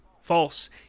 False